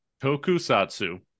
tokusatsu